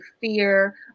fear